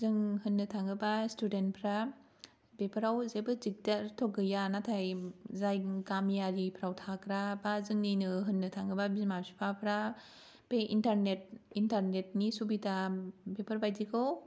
जों होननो थाङोबा स्टुदेनफ्रा बेफोराव जेबो दिगदारथ' गैया नाथाय जाय गामियारिफ्राव थाग्रा बा जोंनिनो होननो थाङोबा बिमा बिफाफ्रा बे इन्टारनेटनि सुबिदा बेफोरबादिखौ